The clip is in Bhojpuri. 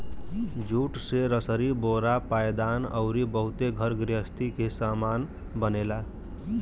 जूट से रसरी बोरा पायदान अउरी बहुते घर गृहस्ती के सामान बनेला